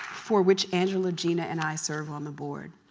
for which angela, gina, and i serve on the board.